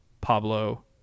Pablo